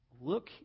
Look